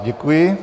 Děkuji.